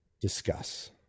discuss